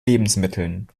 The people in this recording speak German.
lebensmitteln